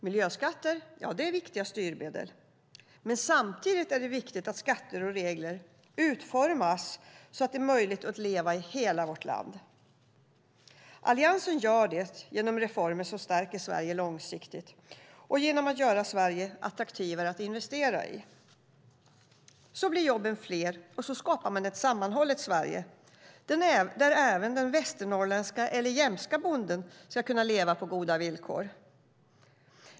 Miljöskatter är viktiga styrmedel, men samtidigt är det viktigt att skatter och regler utformas så att det är möjligt att leva i hela vårt land. Alliansen gör det genom reformer som stärker Sverige långsiktigt och genom att göra Sverige attraktivare att investera i. Så blir jobben fler, och så skapar man ett sammanhållet Sverige där även den västernorrländska eller jämtska bonden ska kunna leva på goda villkor.